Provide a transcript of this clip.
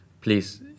please